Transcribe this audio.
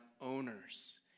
owners